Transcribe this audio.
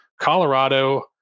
Colorado